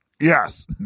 Yes